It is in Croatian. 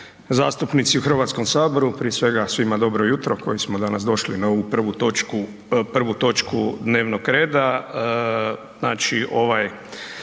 u HS-u. Prije svega, svima dobro jutro, koji smo danas došli na ovu prvu točku dnevnog reda.